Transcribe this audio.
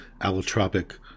allotropic